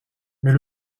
mais